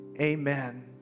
amen